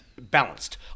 balanced